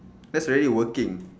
that's already working